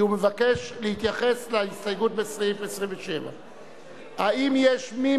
כי הוא מבקש להתייחס להסתייגות בסעיף 27. האם יש מי